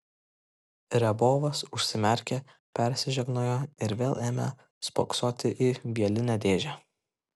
riabovas užsimerkė persižegnojo ir vėl ėmė spoksoti į vielinę dėžę